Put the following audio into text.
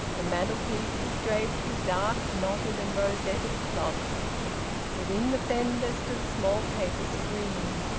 the mantelpiece was draped with dark knotted and rosetted cloth within the fender stood a small paper screen.